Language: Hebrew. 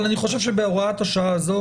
אבל אני חושב שבהוראת השעה הזו,